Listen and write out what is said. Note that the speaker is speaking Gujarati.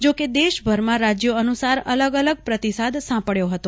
જોકે દેશભરમાં રાજ્યો અનુસાર અલગ અલગ પ્રતિસાદ સાંપડયો હતો